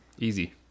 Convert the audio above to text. Easy